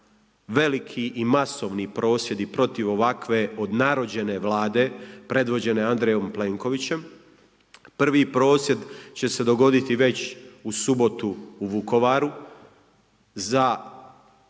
veliki i masovni prosvjedi protiv ovakve odnarođene Vlade predvođene Andrejom Plenkovićem. Prvi prosvjed će se dogoditi već u subotu u Vukovaru